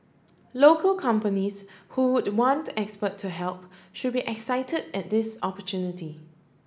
local companies who would want expert to help should be excited at this opportunity